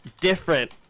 different